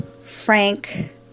Frank